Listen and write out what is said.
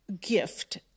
gift